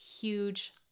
huge